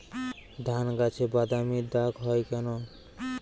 ধানগাছে বাদামী দাগ হয় কেন?